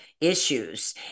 issues